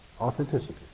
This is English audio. authenticity